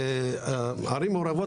ערים מעורבות,